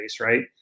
right